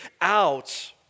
out